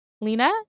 Lena